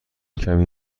کمی